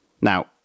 Now